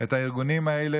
את הארגונים האלה,